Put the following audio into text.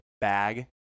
bag